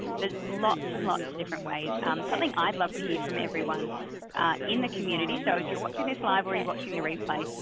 there's lots and lots of different ways, something i'd love to hear from everyone in the community. so if you're watching this live or you're watching the replay,